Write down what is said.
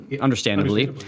understandably